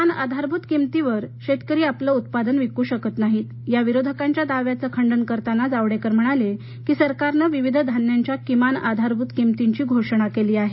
किमान आधारभूत किंमतीवर शेतकरी आपले उत्पादन विकू शकत नाहीत या विरोधकांच्या दाव्याचं खंडन करताना जावडेकर म्हणाले की सरकारने विविध धान्यांच्या किमान आधारभूत किंमतीची घोषणा केली आहे